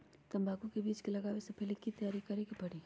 तंबाकू के बीज के लगाबे से पहिले के की तैयारी करे के परी?